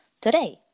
today